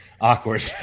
awkward